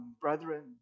Brethren